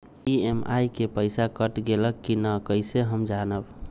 EMI के पईसा cut गेलक कि ना कइसे हम जानब?